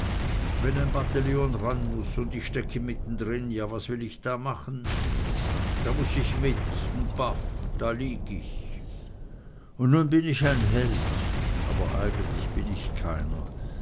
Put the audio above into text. wenn ein bataillon ran muß un ich stecke mittendrin ja was will ich da machen da muß ich mit und baff da lieg ich und nu bin ich ein held aber eigentlich bin ich keiner